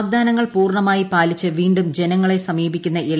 വാഗ്ദാനങ്ങൾ പൂർണ്ണമായി പാലിച്ച് വീണ്ടും ജനങ്ങളെ സമീപിക്കുന്ന എൽ